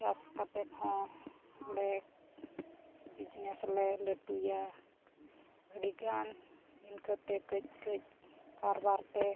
ᱪᱟᱥ ᱠᱟᱛᱮᱫ ᱦᱚᱸᱞᱮ ᱵᱤᱡᱽᱱᱮᱥ ᱞᱮ ᱞᱟᱹᱴᱩᱭᱟ ᱟᱹᱰᱤ ᱜᱟᱱ ᱤᱱᱠᱟᱹᱛᱮ ᱠᱟᱹᱡ ᱠᱟᱹᱡ ᱠᱟᱨᱵᱟᱨᱛᱮ